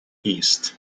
east